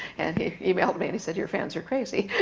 and he emailed me and he said, you fans are crazy.